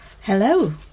Hello